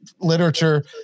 literature